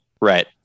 Right